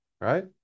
right